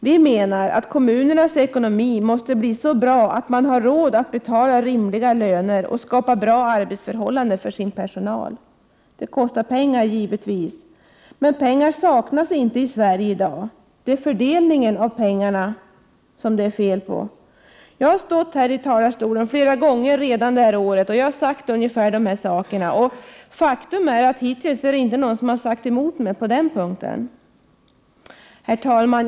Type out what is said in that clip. Vi menar att kommuneras ekonomi måste bli så bra att man har råd att betala rimliga löner och att skapa bra arbetsförhållanden för sin personal. Det kostar pengar, givetvis. Men pengar saknas inte i Sverige i dag. Det är fördelningen av pengarna som det är fel på. Jag har redan stått här i talarstolen flera gånger detta år och sagt ungefär samma sak som nu. Faktum är att hittills har inte någon sagt emot mig på den punkten. Herr talman!